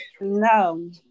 No